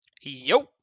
Yo